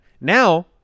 Now